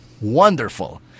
Wonderful